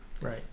Right